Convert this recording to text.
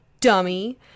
dummy